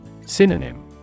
Synonym